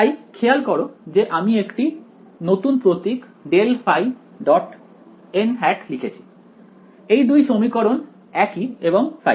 তাই খেয়াল করে যে আমি একটি নতুন প্রতীক ∇ϕ লিখছি এই দুই সমীকরণে একই এবং ϕ